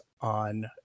on